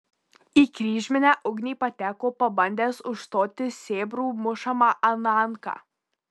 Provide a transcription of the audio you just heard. į kryžminę ugnį pateko pabandęs užstoti sėbrų mušamą ananką